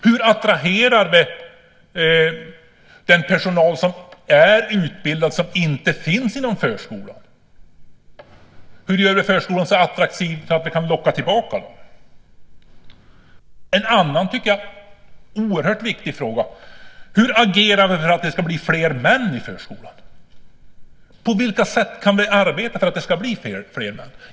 Hur attraherar vi den personal som är utbildad och som inte finns inom förskolan? Hur gör vi förskolan så attraktiv att vi kan locka tillbaka den? En annan oerhört viktig fråga är hur vi agerar för att det ska bli fler män i förskolan. På vilka sätt kan vi arbeta för att det ska bli fler män?